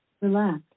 relax